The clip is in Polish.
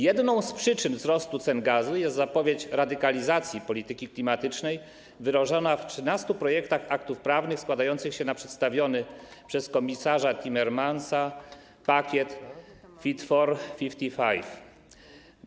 Jedną z przyczyn wzrostu cen gazu jest zapowiedź radykalizacji polityki klimatycznej wyrażona w 13 projektach aktów prawnych składających się na przedstawiony przez komisarza Timmermansa pakiet Fit for 55.